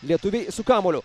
lietuviai su kamuoliu